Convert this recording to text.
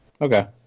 okay